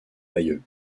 bayeux